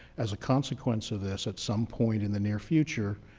as a consequence of this, at some point in the near future,